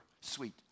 sweet